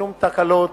שום תקלות,